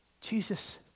Jesus